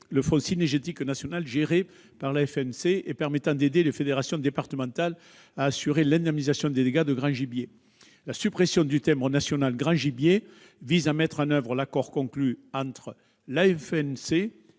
le Fonds cynégétique national géré par la FNC et permettant d'aider les fédérations départementales à assurer l'indemnisation des dégâts de grand gibier. La suppression du timbre national grand gibier vise à mettre en oeuvre l'accord conclu entre la FNC